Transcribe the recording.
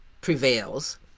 prevails